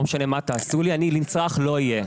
לא משנה מה תעשו לי, אני נצרך לא אהיה.